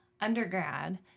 undergrad